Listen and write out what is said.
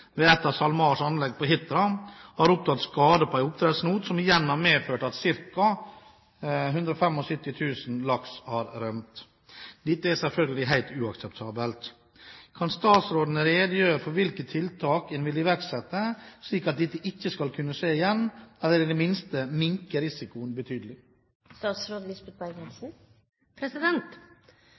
ved et av SalMars anlegg på Hitra har oppstått skade på en oppdrettsnot, som igjen har medført at ca. 175 000 laks har rømt. Dette er selvfølgelig helt uakseptabelt. Kan statsråden redegjøre for hvilke tiltak en vil iverksette, slik at dette ikke skal kunne skje igjen, eller i det minste minske risikoen betydelig?»